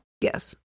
Yes